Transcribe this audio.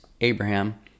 abraham